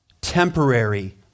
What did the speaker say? temporary